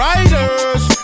Riders